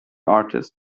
artist